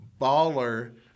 baller